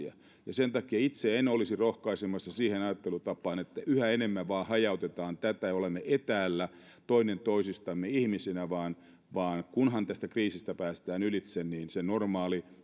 sen takia itse en olisi rohkaisemassa siihen ajattelutapaan että yhä enemmän vain hajautetaan tätä ja olemme etäällä toinen toisistamme ihmisinä vaan vaan että kunhan tästä kriisistä päästään ylitse niin sille normaalille ja